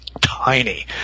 tiny